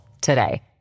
today